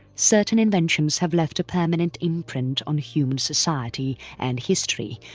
certain inventions have left a permanent imprint on human society and history,